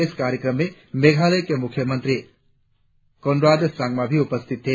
इस कार्यक्रम में मेघालय के मुख्यमंत्री कोनराड सांगमा भी उपस्थित थे